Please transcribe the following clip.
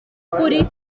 kuri